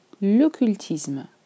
L'occultisme